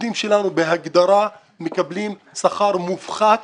העובדים שלנו בהגדרה מקבלים שכר מופחת